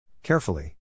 Carefully